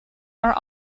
are